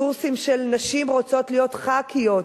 בקורסים של נשים רוצות להיות ח"כיות,